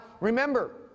remember